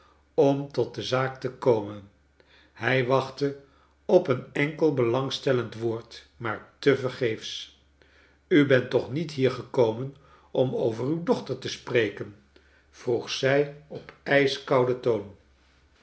om tot de zaak te komen hij wachtte op een enkel belangstellend woord maar te vergeefs u bent toch niet hier gekomen om over uw dochter te sprekent vroeg zij op ijskouden toon